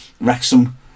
Wrexham